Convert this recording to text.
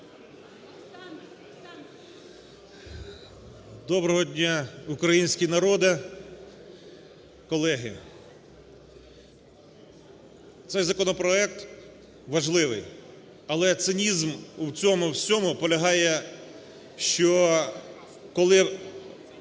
Добро дня, український народе, колеги! Цей законопроект важливий, але цинізм у цьому всьому полягає, що коли